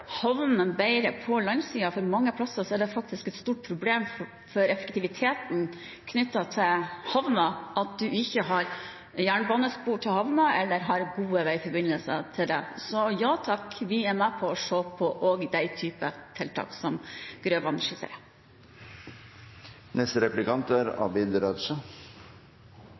havnene bedre på landsiden, for mange plasser er det faktisk et stort problem for effektiviteten i havnene at man ikke har jernbanespor eller gode veiforbindelser til havna. Så ja takk, vi er med og ser på også den typen tiltak som Grøvan skisserer. Jeg lurer på om representanten Sjelmo Nordås synes det er